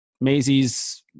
Maisie's